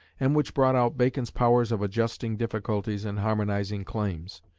and which brought out bacon's powers of adjusting difficulties and harmonising claims.